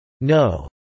No